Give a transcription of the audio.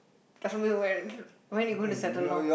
preferably when when you going to settle down